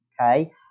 okay